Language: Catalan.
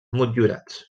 motllurats